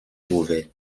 beauvais